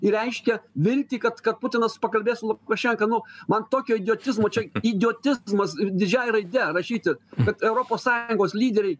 ir reiškia viltį kad kad putinas pakalbės su lukašenka nu man tokio idiotizmo čia idiotizmas ir didžiąja raide rašyti kad europos sąjungos lyderiai